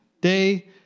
Day